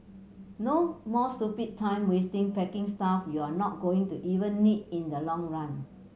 no more stupid time wasting packing stuff you're not going to even need in the long run